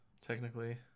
technically